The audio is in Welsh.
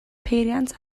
peiriant